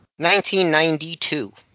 1992